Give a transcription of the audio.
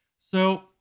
So-